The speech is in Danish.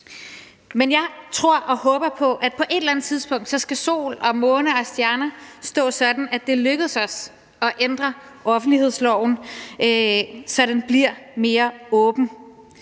Men jeg tror og håber på, at på et eller andet tidspunkt skal sol og måne og stjerner stå sådan, at det lykkes os at ændre offentlighedsloven, så den bliver mere åben.